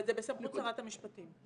אבל זה בסמכות שרת המשפטים.